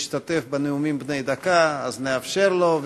להשתתף בנאומים בני דקה, אז נאפשר לו.